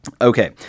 Okay